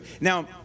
now